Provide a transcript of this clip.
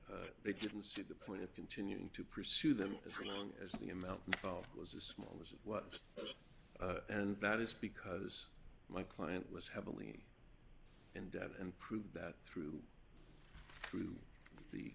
that they didn't see the point of continuing to pursue them as long as the amount was as long as what it was and that is because my client was heavily in debt and prove that through through the